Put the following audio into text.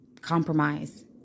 compromise